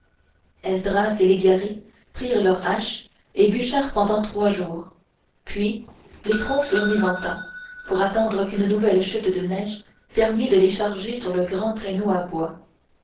esdras et légaré prirent leur hache et bûchèrent pendant trois jours puis les troncs furent mis en tas pour attendre qu'une nouvelle chute de neige permît de les charger sur le grand traîneau à bois